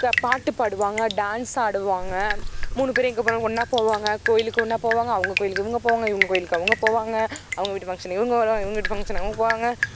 க பாட்டு பாடுவாங்க டான்ஸ் ஆடுவாங்க மூணு பேரும் எங்கே போனாலும் ஒன்றா போவாங்க கோயிலுக்கு ஒன்றா போவாங்க அவங்க கோயிலுக்கு இவங்க போவாங்க இவங்க கோயிலுக்கு அவங்க போவாங்க அவங்க வீட்டு ஃபங்க்ஷனுக்கு இவங்க வருவாங்க இவங்க வீட்டு ஃபங்க்ஷனுக்கு அவங்க போவாங்க